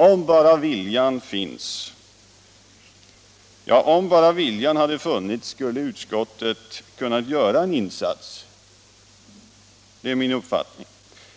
Om bara viljan hade funnits skulle utskottet kunnat göra en insats, det är min uppfattning.